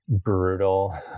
brutal